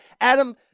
Adam